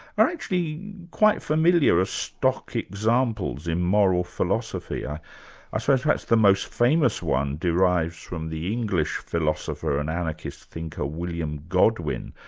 are actually quite familiar, are stock examples in moral philosophy. i suppose perhaps the most famous one derives from the english philosopher and anarchist thinker, william godwin.